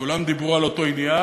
כולם דיברו על אותו עניין,